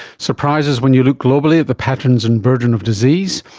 surprises when you look globally at the patterns and burden of disease.